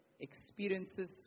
experiences